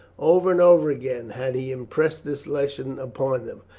over and over again had he impressed this lesson upon them.